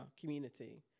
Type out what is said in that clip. community